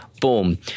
boom